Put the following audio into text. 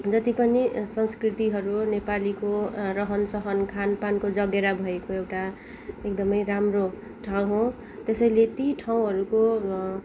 जति पनि संस्कृतिहरू नेपालीको रहनसहन खानपानको जगेरा भएको एउटा एकदमै राम्रो ठाउँ हो त्यसैले ती ठाउँहरूको